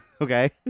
Okay